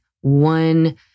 one